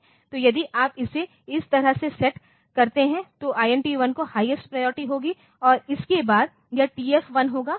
तो यदि आप इसे इस तरह सेट करते हैं तो INT1 की हाईएस्ट प्रायोरिटी होगी और इसके बाद यह TF1 होगा